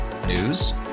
News